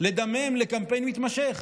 לדמם לקמפיין מתמשך?